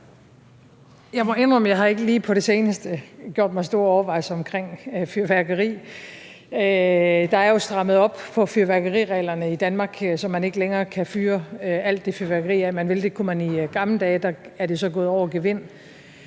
Jeg må indrømme, at jeg ikke lige på det seneste har gjort mig store overvejelser om fyrværkeri. Der er jo strammet op på fyrværkerireglerne i Danmark, så man ikke længere kan fyre alt det fyrværkeri af, man vil – det kunne man i gamle dage, og der gik det så over gevind.